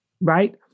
right